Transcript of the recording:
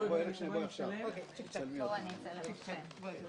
ננעלה בשעה 15:35.